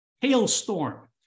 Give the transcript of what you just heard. hailstorm